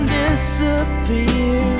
disappear